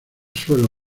suelo